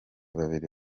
babiri